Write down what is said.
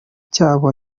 cyabo